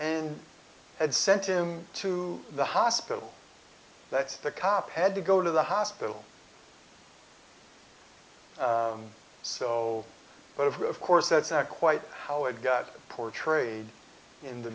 and had sent him to the hospital that the cop had to go to the hospital so but for of course that's not quite how it got portrayed in the